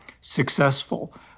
successful